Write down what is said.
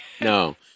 no